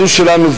זו שלנו,